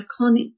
iconic